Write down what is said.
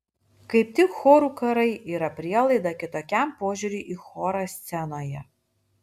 kaip tik chorų karai yra prielaida kitokiam požiūriui į chorą scenoje